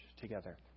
together